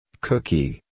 Cookie